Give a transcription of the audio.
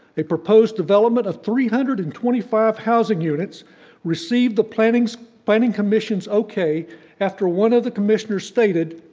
a proposed development of three hundred and twenty five housing units received the planning so planning commission's okay after one of the commissioners stated,